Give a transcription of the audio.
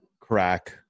crack